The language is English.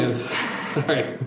Sorry